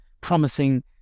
promising